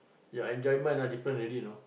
your enjoyment ah different already you know